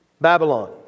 Babylon